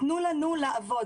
תנו לנו לעבוד.